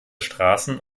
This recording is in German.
straßen